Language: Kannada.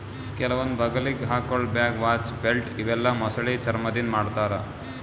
ಕೆಲವೊಂದ್ ಬಗಲಿಗ್ ಹಾಕೊಳ್ಳ ಬ್ಯಾಗ್, ವಾಚ್, ಬೆಲ್ಟ್ ಇವೆಲ್ಲಾ ಮೊಸಳಿ ಚರ್ಮಾದಿಂದ್ ಮಾಡ್ತಾರಾ